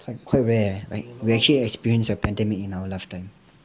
it's like quite rare eh like we actually experience a pandemic in our lifetime